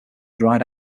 dried